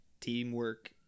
teamwork